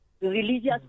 religious